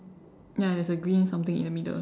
ya there is a green something in the middle